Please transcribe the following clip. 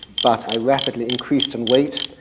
but i rapidly increased in weight.